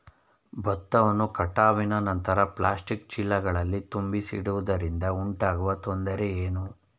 ಭತ್ತವನ್ನು ಕಟಾವಿನ ನಂತರ ಪ್ಲಾಸ್ಟಿಕ್ ಚೀಲಗಳಲ್ಲಿ ತುಂಬಿಸಿಡುವುದರಿಂದ ಉಂಟಾಗುವ ತೊಂದರೆ ಏನು?